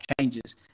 changes